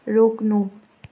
रोक्नु